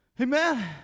Amen